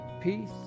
peace